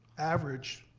average.